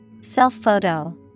Self-photo